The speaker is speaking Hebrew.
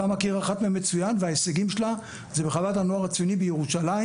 אתה מכיר אחת מהן מצוין וההישגים שלה זה בחוות הנוער הציוני בירושלים